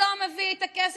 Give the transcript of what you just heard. אותו מעבירים תוך שבועיים,